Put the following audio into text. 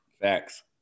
facts